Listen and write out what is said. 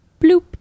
Bloop